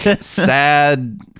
sad